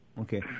Okay